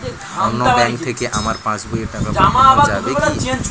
অন্য ব্যাঙ্ক থেকে আমার পাশবইয়ে টাকা পাঠানো যাবে কি?